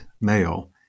male